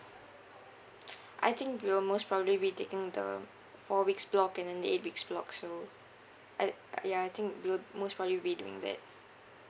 I think we will most probably be taking the four weeks block and then the eight weeks block so uh ah ya I think we'll most probably be doing that